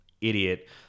idiot